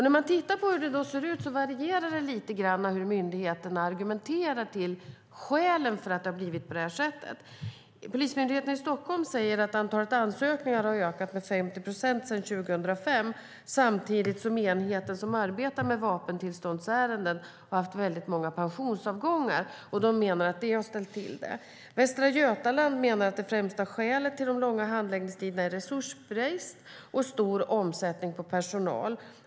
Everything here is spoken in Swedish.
När man tittar på hur det ser ut kan man se att det varierat lite grann hur myndigheterna anger skälen för att det har blivit på det här sättet. Polismyndigheten i Stockholm säger att antalet ansökningar har ökat med 50 procent sedan 2005, samtidigt som den enhet som arbetar med vapentillståndsärenden har haft många pensionsavgångar. De menar att det har ställt till det. I Västra Götaland menar man att det främsta skälet till de långa handläggningstiderna är resursbrist och stor omsättning på personal.